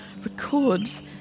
records